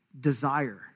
Desire